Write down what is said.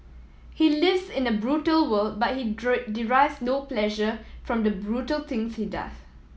he lives in a brutal world but he derives no pleasure from the brutal things he does